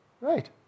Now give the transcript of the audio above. Right